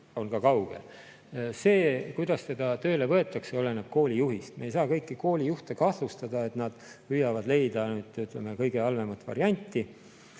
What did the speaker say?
See, kuidas teda tööle võetakse, oleneb koolijuhist. Me ei saa kõiki koolijuhte kahtlustada, et nad püüavad leida kõige halvemat varianti.